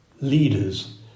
leaders